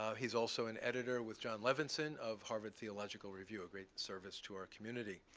um he's also an editor with jon levenson of harvard theological review, a great service to our community.